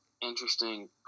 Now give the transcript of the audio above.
interesting